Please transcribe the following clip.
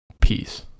Peace